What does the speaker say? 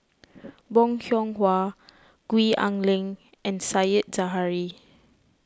Bong Hiong Hwa Gwee Ah Leng and Said Zahari